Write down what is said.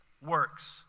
works